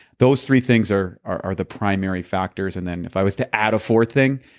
those three things are are the primary factors. and then if i was to add a fourth thing